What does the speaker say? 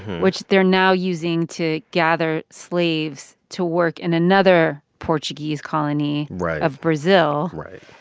which they're now using to gather slaves to work in another portuguese colony. right. of brazil right